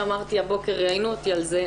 כפי שאמרתי והבוקר ראיינו אותי על זה,